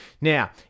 Now